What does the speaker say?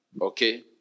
Okay